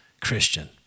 Christian